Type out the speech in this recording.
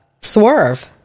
swerve